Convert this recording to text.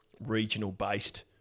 regional-based